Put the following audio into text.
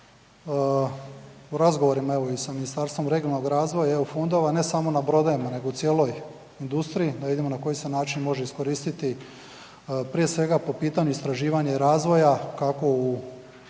u razgovorima evo i sa Ministarstvom regionalnog razvoja i EU fondova ne samo na brodovima nego i u cijeloj industriji, da vidimo na koji se način može iskoristiti prije svega po pitanju istraživanje razvoja kako u